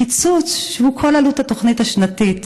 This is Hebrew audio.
קיצוץ שהוא כל עלות התוכנית השנתית,